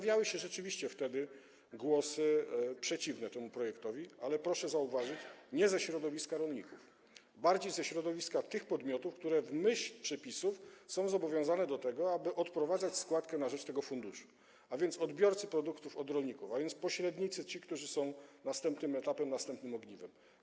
Wtedy rzeczywiście pojawiały się głosy przeciwne temu projektowi, ale proszę zauważyć, że nie ze środowiska rolników, bardziej ze środowiska tych podmiotów, które w myśl przepisów są zobowiązane do tego, aby odprowadzać składkę na rzecz tego funduszu, a więc odbiorcy produktów od rolników, a więc pośrednicy, ci, którzy stanowią następny etap, następne ogniwo.